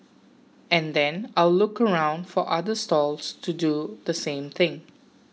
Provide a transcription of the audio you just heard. and then I'll look around for other stalls to do the same thing